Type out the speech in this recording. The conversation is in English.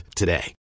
today